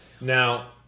Now